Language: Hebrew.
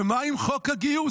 ומה עם חוק הגיוס?